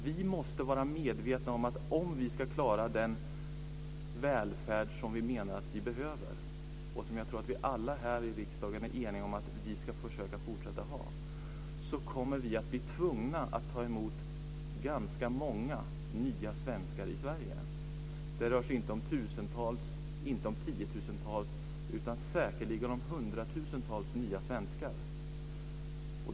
Vi måste vara medvetna om att om vi ska kunna klara den välfärd som vi har och som jag tror att vi alla här i kammaren är eniga om att vi ska fortsätta att ha, kommer vi att bli tvungna att ta emot ganska många nya svenskar i Sverige. Det rör sig inte om tusentals eller tiotusentals utan säkerligen om hundratusentals nya svenskar.